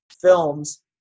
films